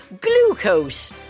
glucose